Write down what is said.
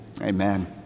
amen